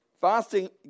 fasting